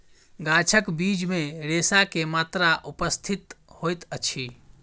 गाछक बीज मे रेशा के मात्रा उपस्थित होइत अछि